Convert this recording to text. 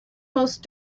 most